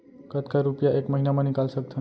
कतका रुपिया एक महीना म निकाल सकथन?